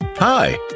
Hi